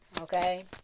Okay